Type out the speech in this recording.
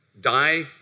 die